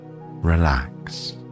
relax